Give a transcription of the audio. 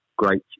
great